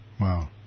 Wow